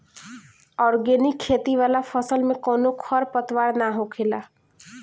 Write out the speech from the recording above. organic खेती वाला फसल में कवनो खर पतवार ना होखेला